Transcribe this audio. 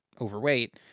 overweight